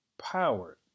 powered